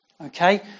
Okay